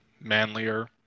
manlier